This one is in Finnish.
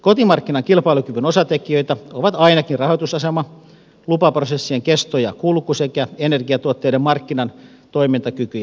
kotimarkkinan kilpailukyvyn osatekijöitä ovat ainakin rahoitusasema lupaprosessien kesto ja kulku sekä energiatuotteiden markkinan toimintakyky ja tukijärjestelmät